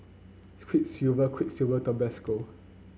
Quiksilver Quiksilver Tabasco